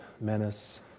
menace